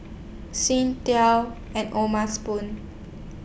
Singtel and O'ma Spoon